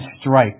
strike